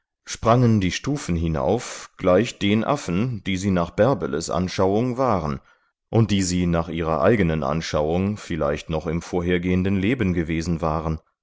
sprangen die stufen hinauf gleich den affen die sie nach bärbeles anschauung waren und die sie nach ihrer eigenen anschauung vielleicht noch im vorhergehenden leben gewesen waren